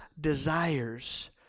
desires